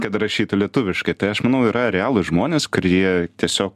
kad rašytų lietuviškai tai aš manau yra realūs žmonės kurie tiesiog